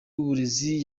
w’uburezi